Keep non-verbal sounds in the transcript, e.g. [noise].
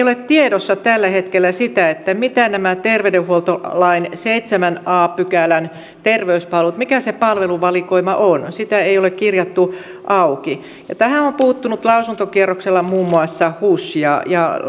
[unintelligible] ole tiedossa tällä hetkellä sitä mitä nämä terveydenhuoltolain seitsemännen a pykälän terveyspalvelut ovat mikä se palveluvalikoima on on sitä ei ole kirjattu auki tähän on puuttunut lausuntokierroksella muun muassa hus ja ja